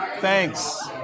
Thanks